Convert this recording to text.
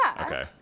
Okay